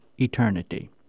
eternity